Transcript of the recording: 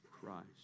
Christ